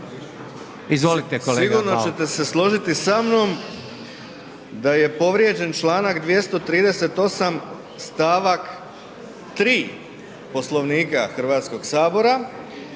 Sigurno ćete se složiti sa mnom da je povrijeđen Članak 238. stavak 3. Poslovnika Hrvatskog sabora